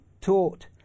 taught